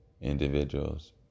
individuals